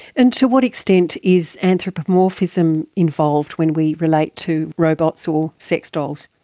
and to what extent is anthropomorphism involved when we relate to robots or sex dolls?